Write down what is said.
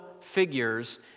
figures